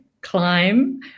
climb